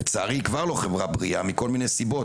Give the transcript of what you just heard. לצערי היא כבר לא חברה בריאה בשל כל מיני סיבות,